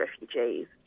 refugees